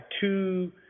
two